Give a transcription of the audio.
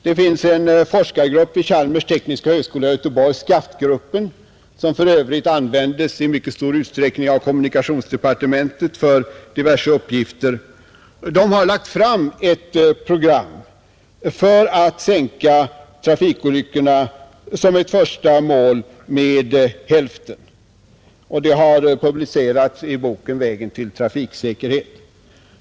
Det finns en forskargrupp vid Chalmers tekniska högskola i Göteborg — SCAFT — som för övrigt i mycket stor utsträckning används av kommunikationsdepartementet. Den har lagt fram ett program för att sänka trafikolyckorna som ett första mål med hälften. Det har publicerats i boken Vägen till trafiksäkerhet.